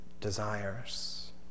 desires